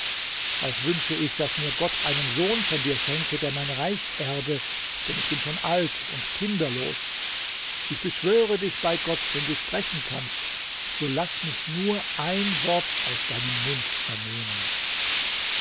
auch wünsche ich daß mir gott einen sohn von dir schenke der mein reich erbe denn ich bin schon alt und kinderlos ich beschwöre dich bei gott wenn du sprechen kannst so laß mich nur ein wort aus deinem mund vernehmen